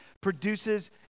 produces